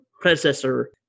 predecessor